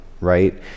right